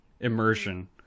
immersion